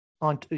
on